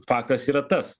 faktas yra tas